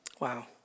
Wow